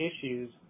issues